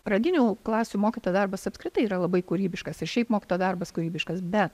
pradinių klasių mokytojo darbas apskritai yra labai kūrybiškas ir šiaip mokytojo darbas kūrybiškas bet